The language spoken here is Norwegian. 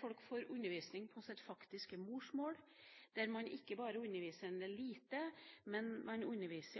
folk får undervisning på sitt faktiske morsmål, der man ikke bare underviser en elite, men